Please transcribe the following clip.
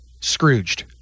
Scrooged